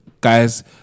guys